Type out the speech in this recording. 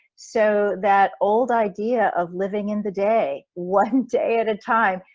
so that old idea of living in the day, one day at a time,